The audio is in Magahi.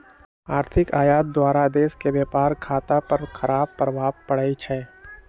अधिक आयात द्वारा देश के व्यापार खता पर खराप प्रभाव पड़इ छइ